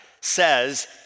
says